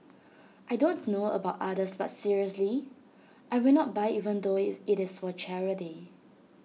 I don't know about others but seriously I will not buy even though IT it is for charity